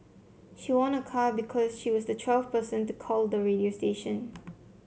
she won a car because she was the twelfth person to call the radio station